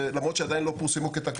זאת למרות שזה עדיין לא פורסם כתקנות.